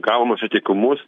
gaunu sutikimus